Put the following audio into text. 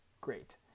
great